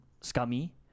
scummy